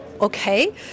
okay